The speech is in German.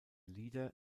lieder